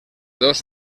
dos